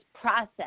process